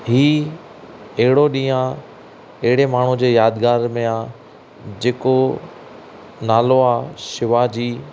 ही अहिड़ो ॾींहुं आहे अहिड़े माण्हूअ जे यादगार में आहे जेको नालो आहे शिवाजी